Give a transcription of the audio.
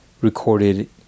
recorded